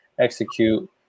execute